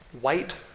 White